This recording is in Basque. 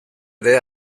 ere